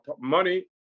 money